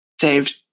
saved